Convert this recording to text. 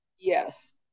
Yes